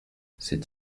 c’est